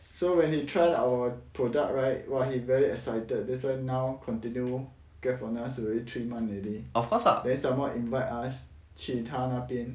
so when he tried our product right !wah! he very excited that's why now continue get from us already three months already then somemore invite us 去他那边